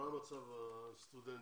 מה מצב הסטודנטים?